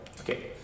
Okay